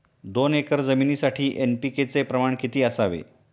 दोन एकर जमीनीसाठी एन.पी.के चे प्रमाण किती असावे?